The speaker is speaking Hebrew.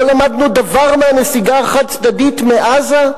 לא למדנו דבר מהנסיגה החד-צדדית מעזה,